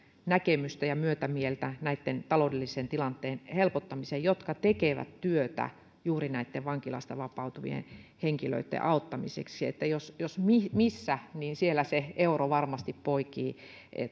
näkemystä ja myötämieltä niiden taloudellisen tilanteen helpottamiseen jotka tekevät työtä juuri näiden vankilasta vapautuvien henkilöitten auttamiseksi eli jos missä niin siellä se euro varmasti poikii